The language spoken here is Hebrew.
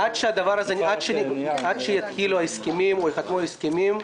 עד שייחתמו ההסכמים,